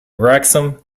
wrexham